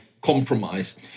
compromise